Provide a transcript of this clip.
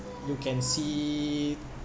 you can see